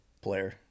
player